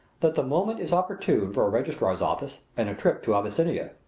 that the moment is opportune for a registrar's office and a trip to abyssinia.